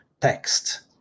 text